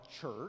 church